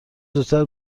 زودتر